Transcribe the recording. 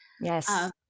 Yes